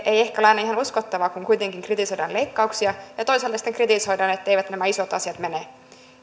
ei ehkä ole aina ihan uskottavaa kun kuitenkin kritisoidaan leikkauksia ja sitten toisaalta kritisoidaan etteivät nämä isot asiat mene